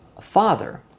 Father